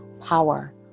power